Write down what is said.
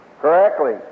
correctly